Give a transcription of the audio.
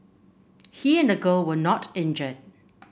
he and the girl were not injured